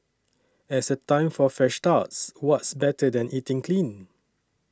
as a time for fresh starts what's better than eating clean